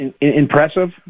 impressive